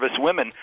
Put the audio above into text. servicewomen